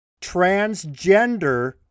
transgender